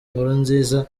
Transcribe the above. nkurunziza